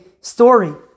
story